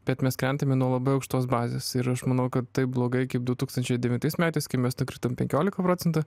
bet mes krentame nuo labai aukštos bazės ir aš manau kad taip blogai kaip du tūkstančiai devintais metais kai mes nukritom penkioliką procentų